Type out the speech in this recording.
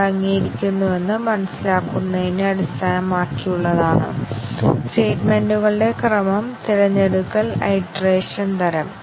ഒരു ആറ്റോമിക് അവസ്ഥ ശരിയാകുമ്പോൾ തീരുമാനം ശരിയാകും ആറ്റോമിക് അവസ്ഥ തെറ്റായിരിക്കുമ്പോൾ അത് തെറ്റായിരിക്കും